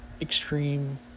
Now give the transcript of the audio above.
extreme